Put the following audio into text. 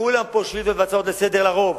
כולם פה הגישו הצעות לסדר-היום לרוב,